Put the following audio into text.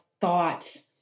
thoughts